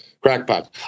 crackpots